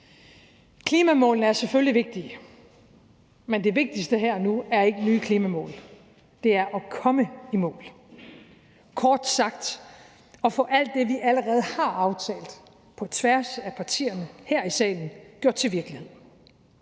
Klimamålene er selvfølgelig vigtige, men det vigtigste her og nu er ikke nye klimamål. Det er at komme i mål– kort sagt at få alt det, vi allerede har aftalt på tværs af partierne her i salen, gjort til virkelighed.